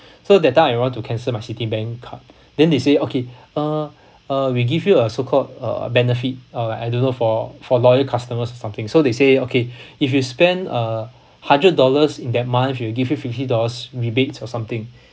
so that time I want to cancel my citibank card then they say okay uh uh we give you a so called uh benefit or like I don't know for for loyal customers or something so they say okay if you spend a hundred dollars in that month we'll give you fifty dollars rebate or something